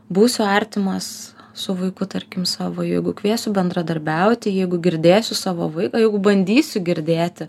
būsiu artimas su vaiku tarkim savo jeigu kviesiu bendradarbiauti jeigu girdėsiu savo vaiką jeigu bandysiu girdėti